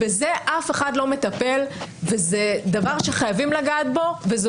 בזה אף אחד לא מטפל וזה דבר שחייבים לגעת בו וזו